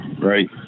right